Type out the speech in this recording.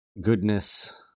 goodness